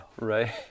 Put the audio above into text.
Right